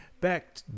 back